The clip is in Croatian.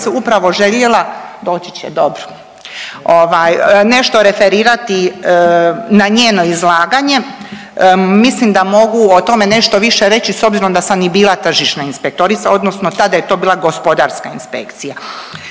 upravo željela, doći će dobro, nešto referirati na njeno izlaganje. Mislim da mogu o tome nešto više reći s obzirom da sam i bila tržišna inspektorica, odnosno tada je to bila Gospodarska inspekcija.